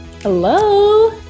Hello